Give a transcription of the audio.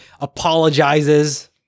apologizes